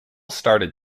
started